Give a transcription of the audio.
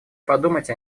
подумать